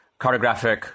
cartographic